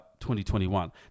2021